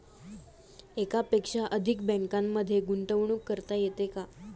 एकापेक्षा अधिक बँकांमध्ये गुंतवणूक करता येते का?